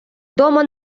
дома